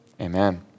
amen